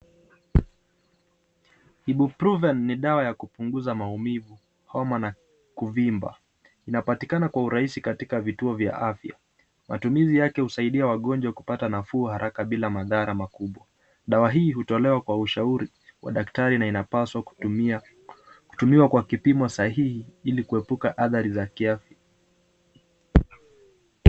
Ibuprofen ni dawa ya kupunguza maumivu, homa na kuvimba, inapatikana kwa urahisi katika vituo vya afya. Matumizi yake husaidia wagonjwa kupata nafuu haraka bila madhara makubwa, dawa hii hutolewa kwa ushauri wa daktari na inapaswa kutumiwa kwa kipimo sahihi ili kuepuka athari za kiafya.